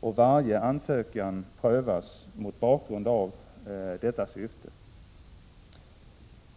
Varje ansökan prövas mot bakgrund av detta syfte.